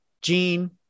Gene